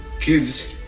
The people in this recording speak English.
gives